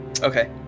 Okay